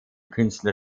künstler